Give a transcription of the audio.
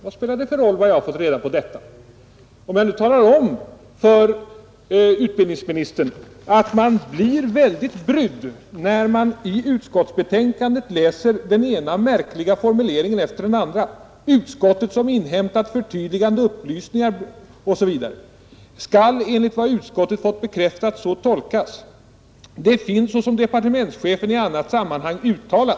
Vad speglar det för roll var jag har fått reda på det, om jag nu talar om för utbildningsministern att man blir mycket brydd när man i utskottsbetänkandet läser den ena märkliga formuleringen efter den andra: ”Utskottet som inhämtat förtydligande upplysningar” osv., ”skall enligt vad utskottet fått bekräftat så tolkas”, ”det finns såsom departementschefen i annat sammanhang uttalat”.